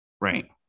right